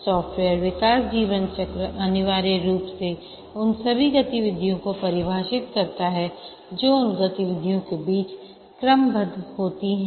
software विकास जीवन चक्र अनिवार्य रूप से उन सभी गतिविधियों को परिभाषित करता है जो उन गतिविधियों के बीच क्रमबद्ध होती है